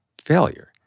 failure